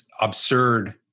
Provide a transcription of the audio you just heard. absurd